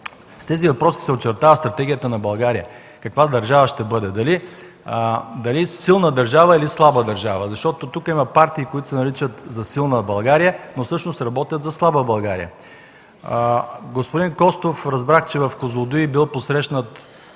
с тези въпроси се очертава стратегията на България каква държава ще бъде – дали ще бъде силна, или слаба държава. Тук има партии, които се наричат „За силна България”, но всъщност работят за слаба България. Господин Костов разбрах, че в „Козлодуй” бил посрещнат